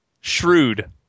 Shrewd